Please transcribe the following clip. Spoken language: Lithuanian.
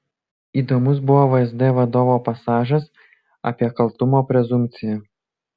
įdomus buvo vsd vadovo pasažas apie kaltumo prezumpciją